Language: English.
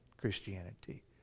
Christianity